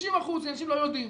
60% - אנשים לא יודעים.